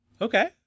Okay